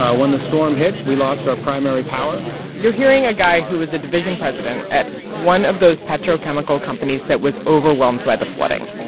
ah when the storm hit, we lost our primary power you're hearing a guy who was a division president at one of those petrochemical companies that was overwhelmed by the flooding.